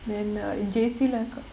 then err in J_C leh ka~